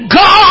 God